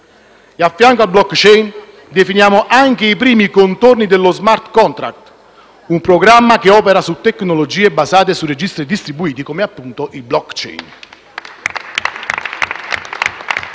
E accanto al *blockchain* definiamo anche i primi contorni dello *smart contract*, un programma che opera su tecnologie basate su registri distribuiti come appunto il *blockchain*.